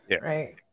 right